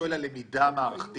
למידה מערכתית.